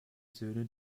söhne